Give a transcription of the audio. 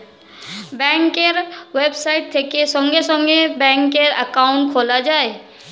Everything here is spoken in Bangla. ব্যাঙ্কের ওয়েবসাইট থেকে সঙ্গে সঙ্গে ব্যাঙ্কে অ্যাকাউন্ট খোলা যায়